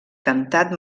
cantat